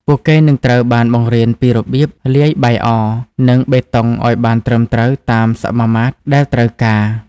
ពួកគេនឹងត្រូវបានបង្រៀនពីរបៀបលាយបាយអរ និងបេតុងឱ្យបានត្រឹមត្រូវតាមសមាមាត្រដែលត្រូវការ។